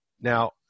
Now